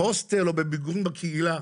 בהוסטל או בקהילה,